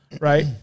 right